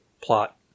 Plot